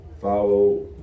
follow